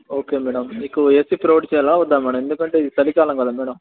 okay madam మీకు AC provide చేయాలా వద్దా మేడమ్ ఎందుకంటే ఇది చలికాలం కదా మేడమ్